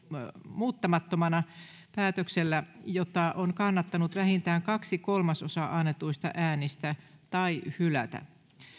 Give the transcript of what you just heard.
muuttamattomana päätöksellä jota on kannattanut vähintään kaksi kolmasosaa annetuista äänistä tai hylätä